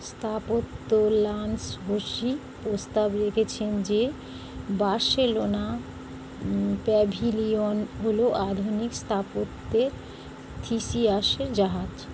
স্থাপত্য Lance Hosey প্রস্তাব রেখেছেন যে বার্সেলোনা প্যাভিলিয়ন হলো আধুনিক স্থাপত্যের থিসিয়াসের জাহাজ